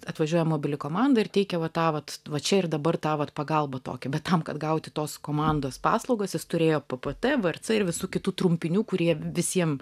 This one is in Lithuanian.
atvažiuoja mobili komanda ir teikia va tą vat čia ir dabar tą vat pagalbą tokią bet tam kad gauti tos komandos paslaugas jis turėjo ppt vrc ir visų kitų trumpinių kurie visiem